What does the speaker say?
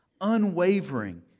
unwavering